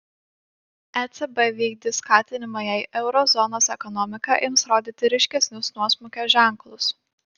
ecb vykdys skatinimą jei euro zonos ekonomika ims rodyti ryškesnius nuosmukio ženklus